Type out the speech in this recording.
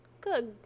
Good